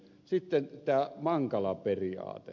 sitten tämä mankala periaate